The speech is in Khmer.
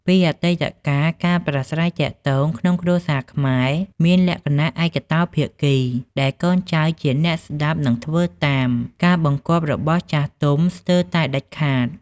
ពីអតីតកាល ការប្រាស្រ័យទាក់ទងក្នុងគ្រួសារខ្មែរមានលក្ខណៈ ឯកតោភាគី ដែលកូនចៅជាអ្នក ស្ដាប់ និងធ្វើតាម ការបង្គាប់របស់ចាស់ទុំស្ទើរតែដាច់ខាត។